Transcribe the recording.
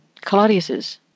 Claudius's